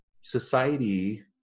society